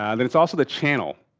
um then it's also the channel.